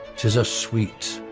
tis a sweet,